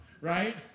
right